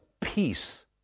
peace